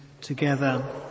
together